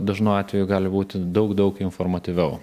dažnu atveju gali būti daug daug informatyviau